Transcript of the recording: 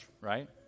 right